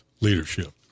leadership